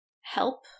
help